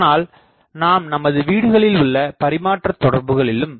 ஆனால் நாம் நமது வீடுகளில் உள்ள பரிமாற்ற தொடர்புகளிலும்